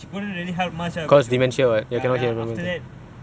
she couldn't really help much lah because dementia and then after that